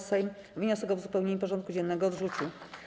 Sejm wniosek o uzupełnienie porządku dziennego odrzucił.